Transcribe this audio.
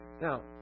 Now